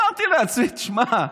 אמרתי לעצמי: תשמע,